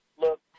look